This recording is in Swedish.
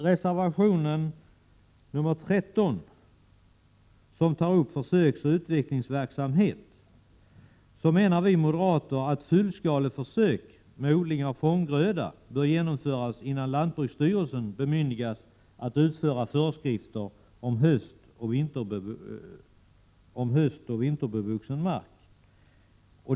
Reservation 13 gäller försöksoch utvecklingsverksamhet. Vi moderater menar att fullskaleförsök med odling av fånggröda bör genomföras innan lantbruksstyrelsen bemyndigas att utfärda föreskrifter om höstoch vinterbevuxen mark.